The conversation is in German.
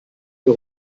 wer